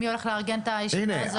מי הולך לארגן את הישיבה הזאת?